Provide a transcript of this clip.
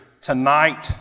tonight